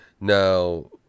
now